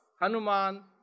Hanuman